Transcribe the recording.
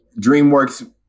DreamWorks